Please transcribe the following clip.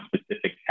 specific